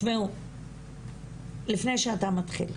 שמעו לפני שאתה מתחיל.